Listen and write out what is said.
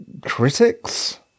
critics